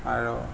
আৰু